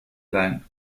leihen